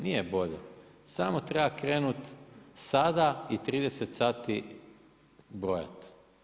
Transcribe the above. Nije bolje, samo treba krenuti sada i 30 sati brojati.